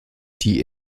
die